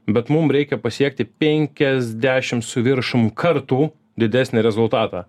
bet mum reikia pasiekti penkiasdešim su viršum kartų didesnį rezultatą